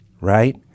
right